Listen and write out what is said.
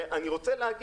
אני רוצה לומר